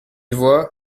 voix